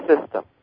system